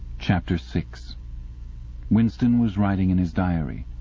chapter six winston was writing in his diary